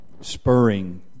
spurring